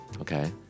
Okay